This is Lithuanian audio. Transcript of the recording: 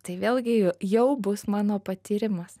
tai vėlgi jau bus mano patyrimas